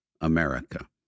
America